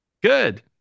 Good